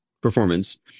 performance